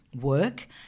work